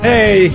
Hey